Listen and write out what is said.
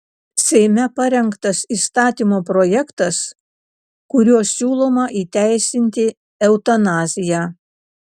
seime parengtas įstatymo projektas kuriuo siūloma įteisinti eutanaziją